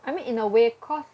I mean in a way cause